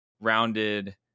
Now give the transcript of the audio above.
rounded